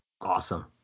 Awesome